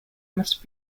must